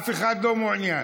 אף אחד לא מעוניין.